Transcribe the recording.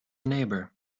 neighbour